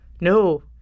no